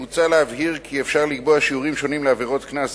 מוצע להבהיר כי אפשר לקבוע שיעורים שונים לעבירות קנס,